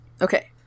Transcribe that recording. Okay